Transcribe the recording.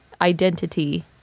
identity